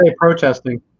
protesting